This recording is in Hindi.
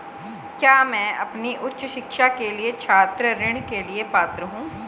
क्या मैं अपनी उच्च शिक्षा के लिए छात्र ऋण के लिए पात्र हूँ?